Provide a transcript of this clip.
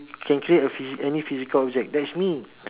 you can create a phy~ any physical object that's me